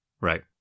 Right